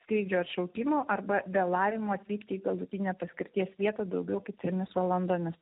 skrydžio atšaukimo arba vėlavimo atvykti į galutinę paskirties vietą daugiau kaip trimis valandomis